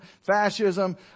fascism